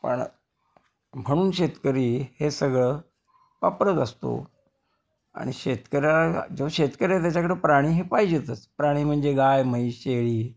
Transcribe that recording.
पण म्हणून शेतकरी हे सगळं वापरत असतो आणि शेतकऱ्याला जो शेतकरी आहे त्याच्याकडं प्राणी हे पाहिजेतच प्राणी म्हणजे गाय म्हैस शेळी